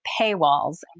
paywalls